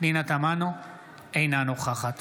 אינה נוכחת